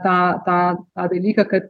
tą tą tą dalyką kad